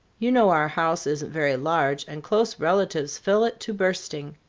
you know our house isn't very large, and close relatives fill it to bursting.